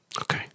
Okay